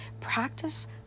Practice